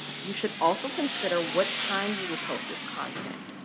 you should also consider what time you will post this content.